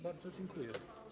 Bardzo dziękuję.